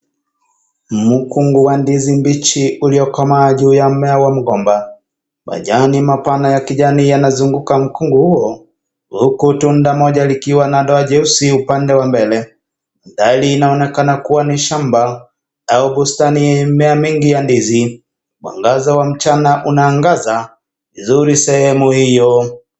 Mkungu wa ndizi mbichi uliokomaa juu ya mmea wa mgomba. Majani mapana yanazunguka mkungu huo huku tunda moja likiwa na doa jeusi upande wa mbele. Mahali inaonekana kuwa ni shamba au bustani ya mimea mingi ya ndizi. Mwangaza wa mchana unaangaza vizuri sehemu hiyo.